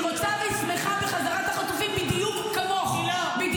היא רוצה והיא שמחה בחזרת החטופים בדיוק כמוך.